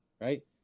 right